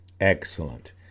excellent